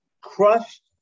crushed